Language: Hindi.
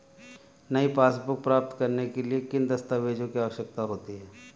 नई पासबुक प्राप्त करने के लिए किन दस्तावेज़ों की आवश्यकता होती है?